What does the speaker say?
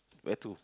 where to